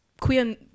queer